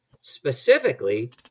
Specifically